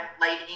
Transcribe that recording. lighting